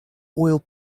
oil